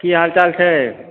की हालचाल छै